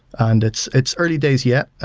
and it's it's early days yet,